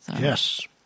Yes